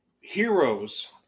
heroes